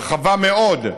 הרחבה, מאוד,